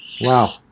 Wow